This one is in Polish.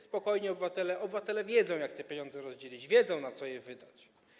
Spokojnie, obywatele wiedzą, jak te pieniądze rozdzielić, wiedzą, na co je wydać.